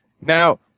Now